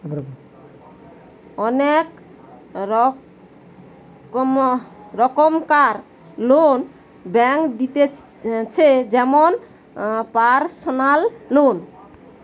অনেক রোকমকার loan bank দিতেছে যেমন পারসনাল লোন